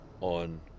on